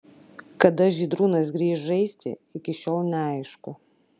kada žydrūnas grįš žaisti iki šiol neaišku